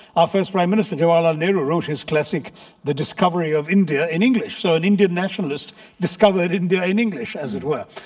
our first prime minister jawaharlal nehru wrote his classic the discovery of india in english. so an indian nationalist discovered india in english as it were.